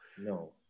No